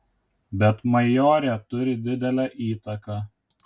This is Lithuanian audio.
bet majorė turi didelę įtaką